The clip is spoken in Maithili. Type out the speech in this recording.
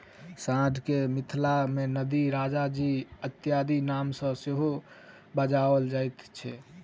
साँढ़ के मिथिला मे नंदी, राजाजी इत्यादिक नाम सॅ सेहो बजाओल जाइत छै